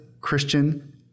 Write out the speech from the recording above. Christian